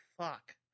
fuck